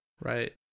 right